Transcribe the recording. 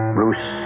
Bruce